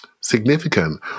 significant